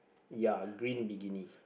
ya green bikini